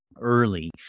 early